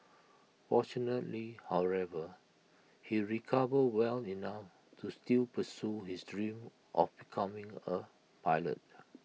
fortunately however he recovered well enough to still pursue his dream of becoming A pilot